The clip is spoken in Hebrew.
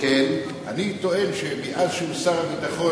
אני טוען שמאז שהוא שר הביטחון,